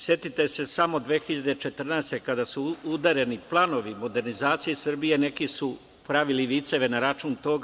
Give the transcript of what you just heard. Setite se samo 2014. godine kada su udareni planovi modernizacije Srbije, neki su pravili viceve na račun toga.